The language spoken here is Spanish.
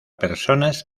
personas